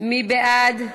מי בעד?